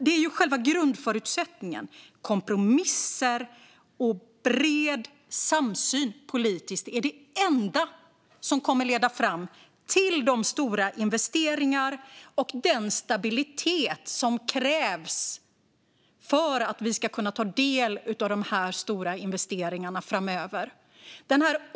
Det är ju själva grundförutsättningen - kompromisser och bred samsyn politiskt är det enda som kommer att leda fram till de stora investeringar och den stabilitet som krävs för att vi ska kunna ta del av dessa stora investeringar framöver.